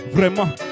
Vraiment